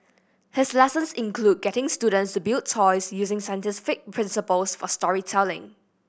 his lessons include getting students to build toys using scientific principles for storytelling